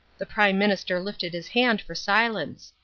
the prime minister lifted his hand for silence.